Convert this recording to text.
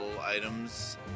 items